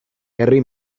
herri